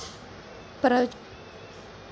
ప్రపంచంలో మార్కెటింగ్ అనేది వేగవంతంగా విస్తరిస్తుంది